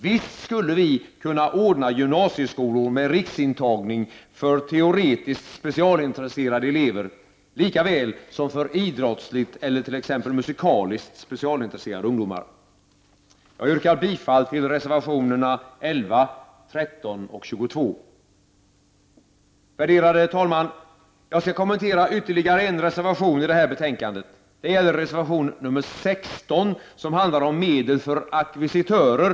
Visst skulle vi kunna ordna gymnasieskolor med riksintagning för teoretiskt specialintresserade elever likaväl som för idrottsligt eller t.ex. musikaliskt specialintresserade ungdomar? Jag yrkar bifall till reservationerna 11, 13 och 22. Värderade talman! Jag skall kommentera ytterligare en reservation i det här betänkandet. Det gäller reservation nr 16, som handlar om medel för ackvisitörer.